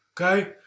Okay